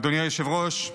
אדוני היושב-ראש,